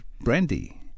brandy